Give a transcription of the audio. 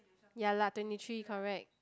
ya lah twenty three correct